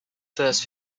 first